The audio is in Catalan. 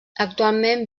actualment